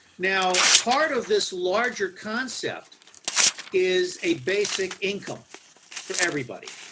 now part of this larger concept is a basic income for everybody.